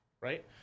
right